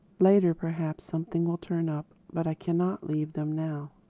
later perhaps something will turn up. but i cannot leave them now.